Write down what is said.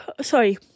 sorry